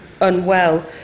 unwell